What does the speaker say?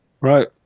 right